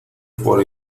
por